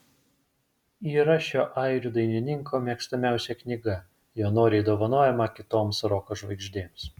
yra šio airių dainininko mėgstamiausia knyga jo noriai dovanojama kitoms roko žvaigždėms